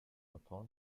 upon